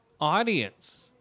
audience